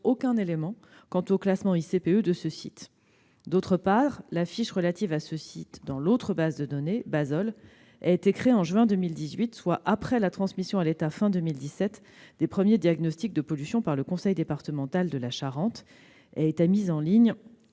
aucun élément quant au classement ICPE de celui-ci. Quant à la fiche relative à ce site dans Basol, elle a été créée en juin 2018, soit après la transmission à l'État, à la fin de 2017, des premiers diagnostics de pollution par le conseil départemental de la Charente ; elle a été mise en ligne